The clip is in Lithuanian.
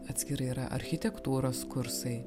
atskirai yra architektūros kursai